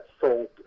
sold